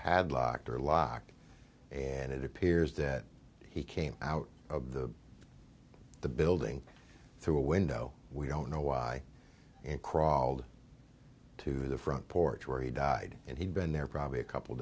padlocked or locked and it appears that he came out of the the building through a window we don't know why and crawled to the front porch where he died and he'd been there probably a couple